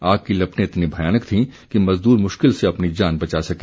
आग की लपटें इतनी भयानक थीं कि मजदूर मुश्किल से अपनी जान बचा सके